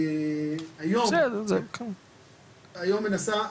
היום מנסים,